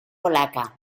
polaca